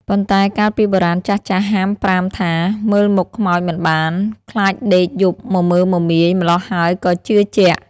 ប៉ុន្តែកាលពីបុរាណចាស់ៗហាមប្រាមថា មើលមុខខ្មោចមិនបានខ្លាចដេកយប់មមើមមាយ ម្លោះហើយក៏ជឿជាក់។